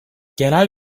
genel